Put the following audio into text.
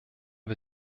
wir